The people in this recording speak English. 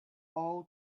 all